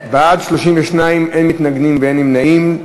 בעד, 32, אין מתנגדים ואין נמנעים.